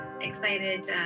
excited